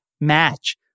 match